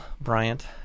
Bryant